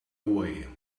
away